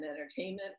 entertainment